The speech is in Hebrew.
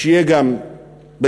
שיהיה גם בית-קולנוע,